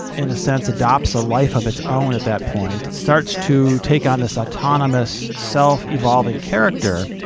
in a sense, adopts a life of its own at that point. it starts to take on this autonomous, self-evolving character